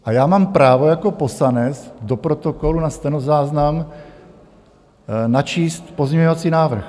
A já mám právo jako poslanec do protokolu na stenozáznam načíst pozměňovací návrh.